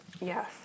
Yes